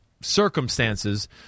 circumstances